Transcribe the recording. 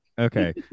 Okay